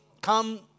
come